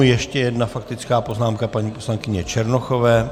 Ještě jedna faktická poznámka paní poslankyně Černochové.